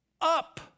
up